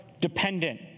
dependent